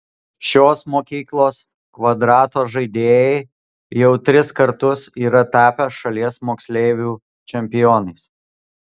šios mokyklos kvadrato žaidėjai jau tris kartus yra tapę šalies moksleivių čempionais